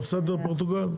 לא בסדר פורטוגל?